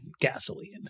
gasoline